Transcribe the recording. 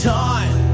time